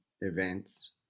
events